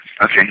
Okay